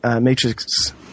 matrix